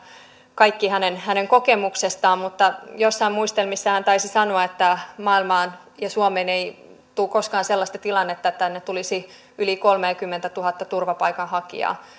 kaikki hänen hänen kokemuksestaan mutta jossain muistelmissa hän taisi sanoa että maailmaan ja suomeen ei tule koskaan sellaista tilannetta että tänne tulisi yli kolmekymmentätuhatta turvapaikanhakijaa